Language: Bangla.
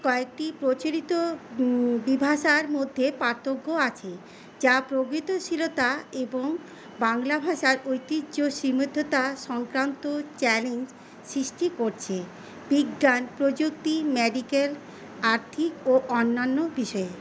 কয়েকটি প্রচলিত ভাষার মধ্যে পার্থক্য আছে যা প্রগতিশীলতা এবং বাংলা ভাষার ঐতিহ্য সীমাবদ্ধতা সংক্রান্ত চ্যালেঞ্জ সৃষ্টি করছে বিজ্ঞান প্রযুক্তি মেডিকেল আর্থিক ও অন্যান্য বিষয়ে